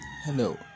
Hello